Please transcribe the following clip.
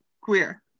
Queer